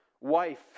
wife